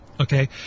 Okay